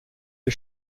die